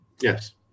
Yes